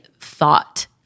thought